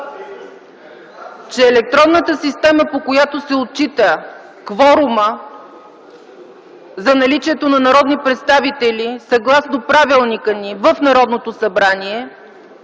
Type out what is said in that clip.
че електронната система, по която се отчита кворумът за наличието на народни представители в залата, съгласно правилника ни в Народното събрание